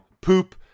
poop